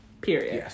period